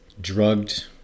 drugged